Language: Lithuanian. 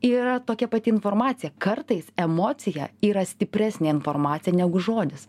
yra tokia pati informacija kartais emocija yra stipresnė informacija negu žodis